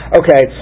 okay